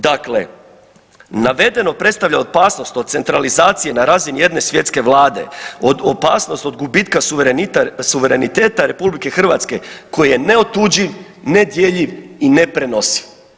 Dakle, navedeno predstavlja opasnost od centralizacije na razini jedne svjetske vlade, od opasnost od gubitka suvereniteta RH koji je neotuđiv, nedjeljiv i neprenosiv.